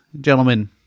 gentlemen